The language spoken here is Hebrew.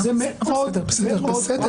ובכן,